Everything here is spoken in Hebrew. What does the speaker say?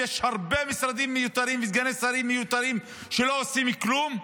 ויש הרבה משרדים מיותרים וסגני שרים מיותרים שלא עושים כלום,